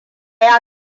ya